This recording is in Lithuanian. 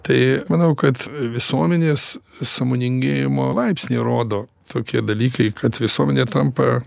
tai manau kad visuomenės sąmoningėjimo laipsnį rodo tokie dalykai kad visuomenė tampa